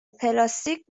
پلاستیک